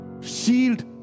shield